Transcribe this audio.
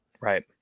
Right